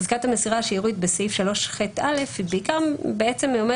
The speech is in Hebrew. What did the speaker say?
חזקת המסירה השיורית בסעיף 3ח(א) היא גם כן